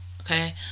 okay